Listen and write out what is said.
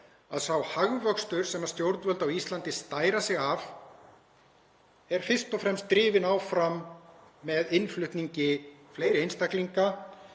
að sá hagvöxtur sem stjórnvöld á Íslandi stæra sig af er fyrst og fremst drifinn áfram af innflutningi fleiri einstaklinga.